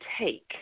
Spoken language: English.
take